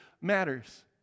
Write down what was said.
matters